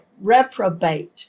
reprobate